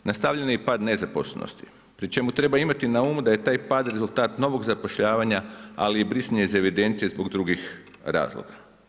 Nastavljen je i pad nezaposlenosti, pri čemu treba imati na umu da je taj pad rezultat novog zapošljavanje ali i brisanje iz evidencije zbog drugih razloga.